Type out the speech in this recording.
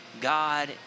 God